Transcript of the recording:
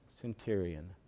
centurion